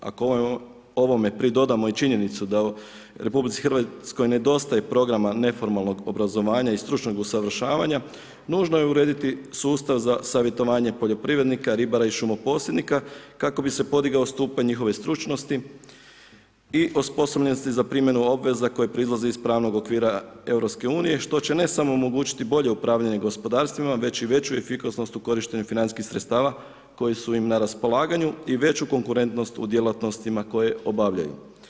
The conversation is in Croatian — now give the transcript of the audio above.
Ako ovome pridodajemo i činjenicu da u RH nedostaje programa neformalnog obrazovanja i stručnog usavršavanja, nužno je urediti sustav za savjetovanje poljoprivrednika, ribara i šumoposjednika, kako bi se podigao stupanj njihove stručnosti i osposobljenosti za primjenu obveza koje proizlaze iz pravnog okvira EU, što će ne samo omogućiti bolje upravljanje gospodarstvima, već i veću efikasnost u korištenju financijskih sredstava, koji su im na raspolaganju i veću konkurentnost u djelatnostima koje obavljaju.